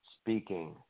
speaking